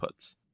inputs